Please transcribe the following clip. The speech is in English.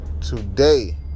today